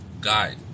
guide